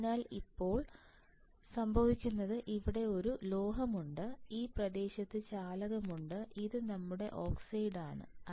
അതിനാൽ ഇപ്പോൾ സംഭവിക്കുന്നത് ഇവിടെ ഒരു ലോഹമുണ്ട് ഈ പ്രദേശത്ത് ചാലകമുണ്ട് ഇത് നമ്മുടെ ഓക്സൈഡ് ആണ്